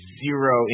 zero